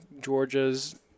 Georgia's